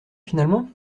finalement